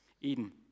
Eden